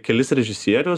kelis režisierius